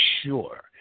sure